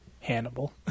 Hannibal